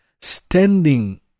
standing